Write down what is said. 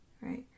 right